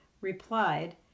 replied